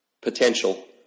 Potential